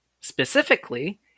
Specifically